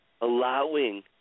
allowing